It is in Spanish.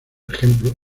ejemplo